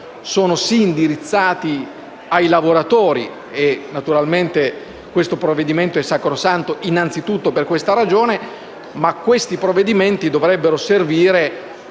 Grazie!